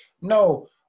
no